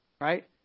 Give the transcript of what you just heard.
right